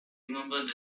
remembered